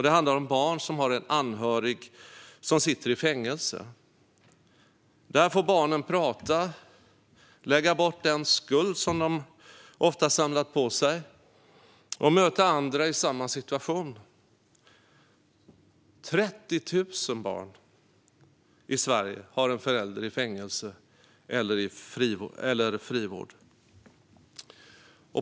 Det handlar om barn som har en anhörig som sitter i fängelse. Där får barnen prata, lägga bort den skuld de ofta samlat på sig och möta andra i samma situation. Det är 30 000 barn i Sverige som har en förälder i fängelse eller frivård.